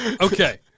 Okay